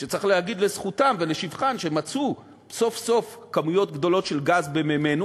שצריך להגיד לזכותן ולשבחן שמצאו סוף-סוף כמויות גדולות של גז במימינו,